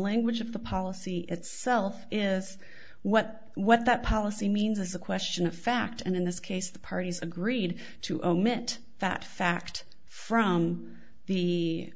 language of the policy itself is what what that policy means is a question of fact and in this case the parties agreed to omit that fact from the